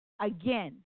again